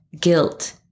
guilt